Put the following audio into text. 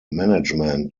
management